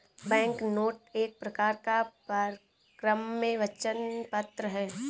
banknote एक प्रकार का परक्राम्य वचन पत्र है